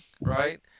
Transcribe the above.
right